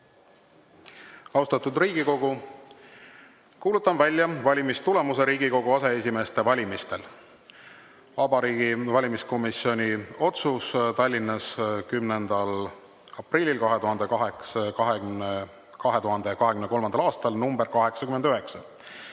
Austatud Riigikogu, kuulutan välja valimistulemused Riigikogu aseesimeeste valimisel. Vabariigi Valimiskomisjoni otsus. Tallinnas 10. aprillil 2023. aastal, nr 89.